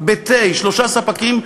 בתה יש שלושה ספקים,